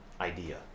idea